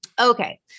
okay